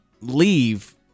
leave